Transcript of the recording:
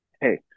Hey